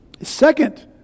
second